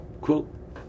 quote